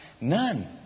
None